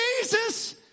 jesus